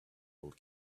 old